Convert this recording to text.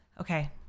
Okay